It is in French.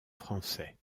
français